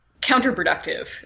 counterproductive